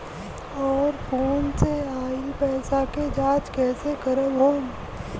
और फोन से आईल पैसा के जांच कैसे करब हम?